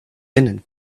linen